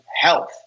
health